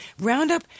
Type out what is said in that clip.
Roundup